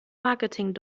marketing